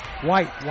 White